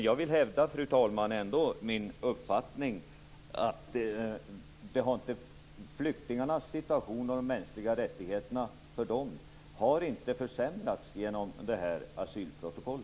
Jag vill hävda min uppfattning, fru talman, att flyktingarnas situation och de mänskliga rättigheterna för dem inte har försämrats genom detta asylprotokoll.